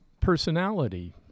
personality